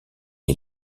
est